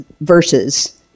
verses